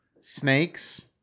snakes